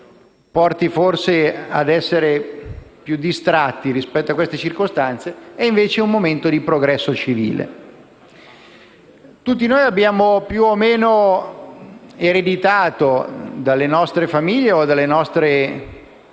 porti ad essere più distratti rispetto a queste circostanze, costituisce invece un momento di progresso civile. Tutti noi abbiamo più o meno ereditato dalle nostre famiglie o dalle nostre